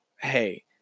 hey